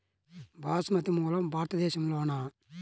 బాస్మతి మూలం భారతదేశంలోనా?